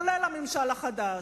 כולל הממשל החדש,